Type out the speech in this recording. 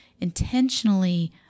intentionally